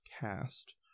cast